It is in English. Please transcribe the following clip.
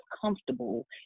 comfortable